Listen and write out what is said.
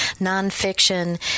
nonfiction